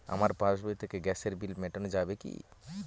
আমার পাসবই থেকে গ্যাসের বিল মেটানো যাবে কি?